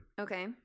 Okay